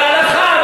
על ההלכה,